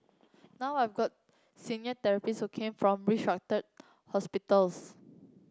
now I've got senior therapists who come from restructured hospitals